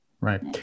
Right